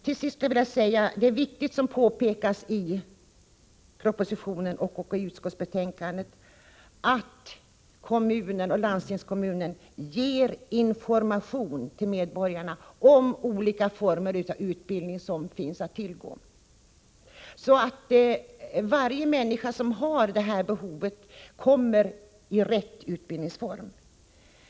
Till sist skulle jag vilja säga att det är viktigt, som påpekas i propositionen och i utskottsbetänkandet, att kommunen och landstingskommunen ger information till medborgarna om olika former av utbildning som finns att tillgå, så att varje människa som har behov av utbildning kommer i rätt utbildningsform.